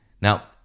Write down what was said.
Now